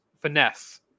finesse